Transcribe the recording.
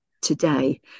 today